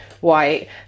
white